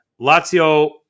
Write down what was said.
Lazio